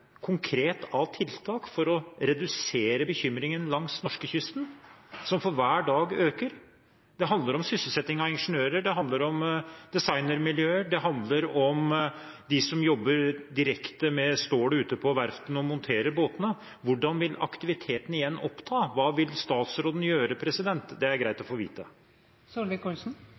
konkret av tiltak for å redusere bekymringen langs norskekysten, som øker for hver dag? Det handler om sysselsetting av ingeniører, det handler om designermiljøer, og det handler om dem som jobber direkte med stål ute på verftene og monterer båtene. Hvordan vil aktiviteten igjen ta seg opp? Hva vil statsråden gjøre? Det er greit